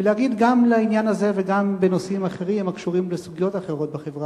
ולהגיד גם לעניין הזה וגם בנושאים אחרים הקשורים בסוגיות אחרות בחברה,